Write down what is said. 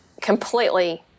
completely